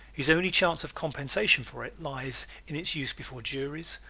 his only chance of compensation for it lies in its use before juries,